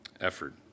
effort